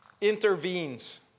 Intervenes